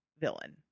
villain